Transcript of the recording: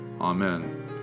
Amen